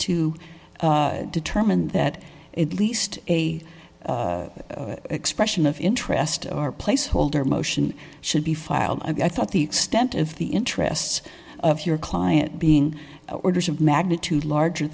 to determine that at least a expression of interest are placeholder motion should be filed i thought the extent of the interests of your client being orders of magnitude larger